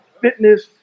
fitness